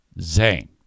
Zane